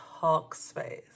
TalkSpace